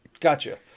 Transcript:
Gotcha